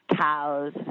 cows